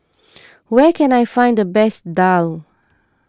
where can I find the best Daal